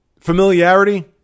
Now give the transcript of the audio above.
familiarity